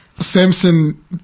Samson